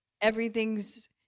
Everything's